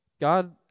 God